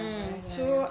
mm